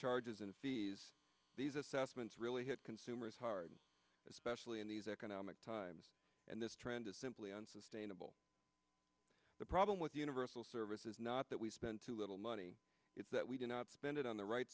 charges and fees these assessments really hit consumers hard especially in these economic times and this trend is simply unsustainable the problem with universal service is not that we spend too little money it's that we do not spend it on the right